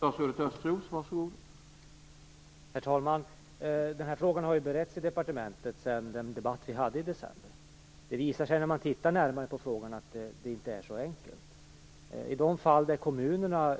Herr talman! Den här frågan har sedan debatten i december beretts i departementet. Det visar sig när man tittar närmare på frågan att det inte är så enkelt. I de fall där kommunerna,